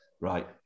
right